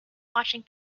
watching